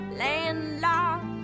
landlocked